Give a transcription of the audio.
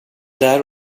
där